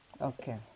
Okay